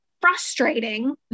frustrating